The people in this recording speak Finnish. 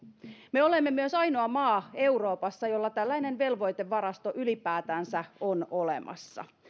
me olemme myös ainoa maa euroopassa jolla tällainen velvoitevarasto ylipäätänsä on olemassa